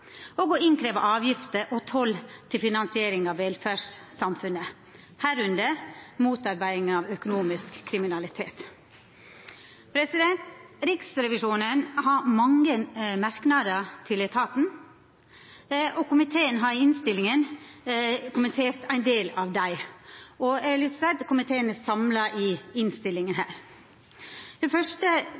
å krevja inn avgifter og toll til finansiering av velferdssamfunnet, medrekna motarbeiding av økonomisk kriminalitet. Riksrevisjonen har mange merknader til etaten, og komiteen har i innstillinga kommentert ein del av dei. Eg har lyst til å seia at komiteen står samla om innstillinga. Den fyrste store merknaden frå Riksrevisjonen er: